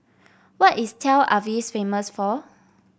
what is Tel Aviv famous for